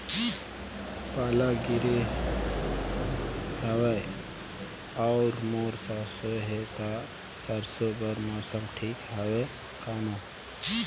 पाला गिरे हवय अउर मोर सरसो हे ता सरसो बार मौसम ठीक हवे कौन?